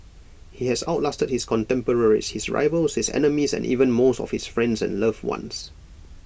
he has out lasted his contemporaries his rivals his enemies and even most of his friends and loved ones